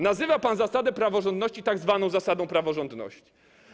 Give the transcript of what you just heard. Nazywa pan zasadę praworządności tzw. zasadą praworządności.